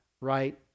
right